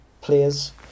players